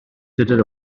tudur